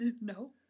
no